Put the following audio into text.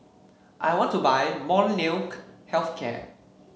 I want to buy Molnylcke Health Care